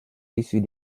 issus